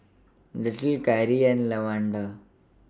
Little Kyrie and Lawanda